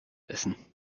essen